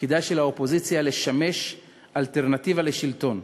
ותפקידה של האופוזיציה לשמש אלטרנטיבה לשלטון.